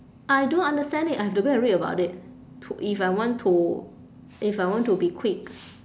I don't understand it I have to go and read about it to if I want to if I want to be quick